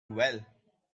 well